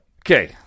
Okay